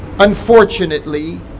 unfortunately